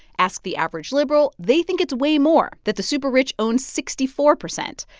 ask the average liberal. they think it's way more that the super-rich own sixty four percent.